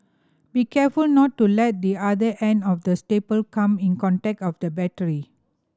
be careful not to let the other end of the staple come in contact of the battery